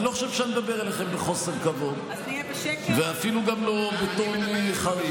אני לא חושב שאני מדבר אליכם בחוסר כבוד ואפילו גם לא בטון חריף.